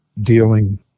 dealing